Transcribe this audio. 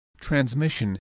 transmission